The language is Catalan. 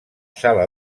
sala